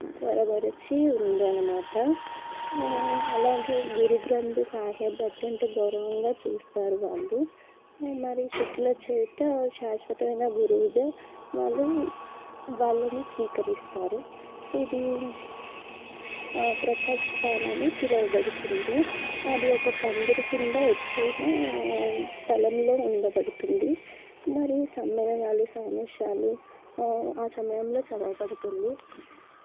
సరమరిచి ఉందన్నమాట అలాగే గురు గ్రంధు సాహిత్యం అత్యంత గౌరవంగా చూస్తారు వాళ్ళు మరి సిక్కుల చేత శాశ్వతమైన గురువుగా వాళ్ళు వాళ్ళని స్వీకరిస్తారు ఇది ప్రకాశిస్తారని పిలవబడుతుంది అది ఒక పందిరి కింద ఎత్తు అయినా స్థలంలో ఉండబడుతుంది మరియు సమ్మేళనాలు సామేస్యాలు ఆ సమయంలో చదవబడుతుంది